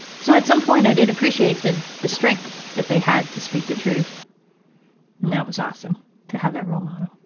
so, at some point i did appreciate the the strength that they had to speak the truth and that was awesome to have that role model,